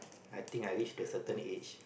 I think I reached a certain age